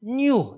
new